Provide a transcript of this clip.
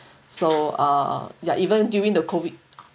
so uh ya even during the COVID